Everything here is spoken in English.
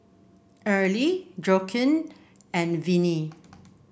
Early Joaquin and Venie